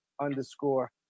underscore